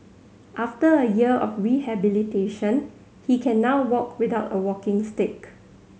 after a year of rehabilitation he can now walk without a walking stick